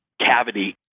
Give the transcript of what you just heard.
cavity